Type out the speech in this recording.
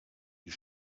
die